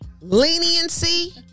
leniency